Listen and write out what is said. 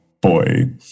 boy